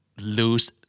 lose